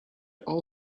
all